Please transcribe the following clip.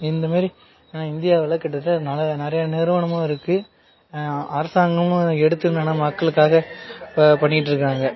இந்தமாரி இந்தியாவில் கிட்டத்தட்ட நிறைய நிறையா நிறுவனமும் இருக்குது அரசாங்கமும் எடுத்து என்னென்னா மக்களுக்காக பண்ணிக்கிட்டு இருக்காங்கள்